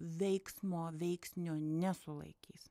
veiksmo veiksnio nesulaikys